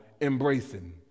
embracing